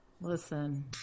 Listen